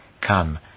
Come